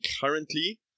currently